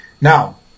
Now